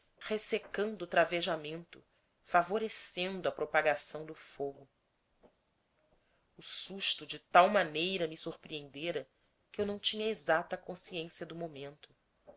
ressecando o travejamento favorecendo a propagação do fogo o susto de tal maneira me surpreendera que eu não tinha exata consciência do momento